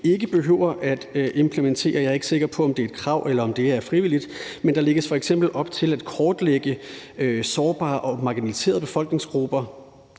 ikke behøver at implementere. Jeg er ikke sikker på, om det er et krav, eller om det er frivilligt, men der lægges f.eks. op til at kortlægge sårbare og marginaliserede befolkningsgrupper